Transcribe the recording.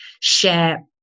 share